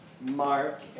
Mark